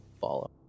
follow